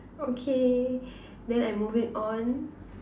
okay then I move it on